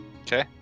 Okay